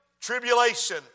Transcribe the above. tribulation